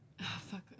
Fuck